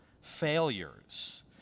failures